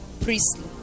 Priestly